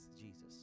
Jesus